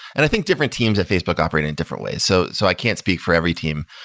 and i think different teams at facebook operate in different ways, so so i can't speak for every team.